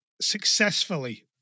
successfully